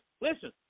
listen